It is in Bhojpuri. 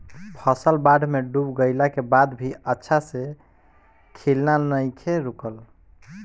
फसल बाढ़ में डूब गइला के बाद भी अच्छा से खिलना नइखे रुकल